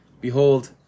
Behold